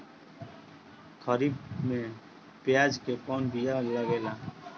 खरीफ में प्याज के कौन बीया लागेला?